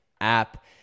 app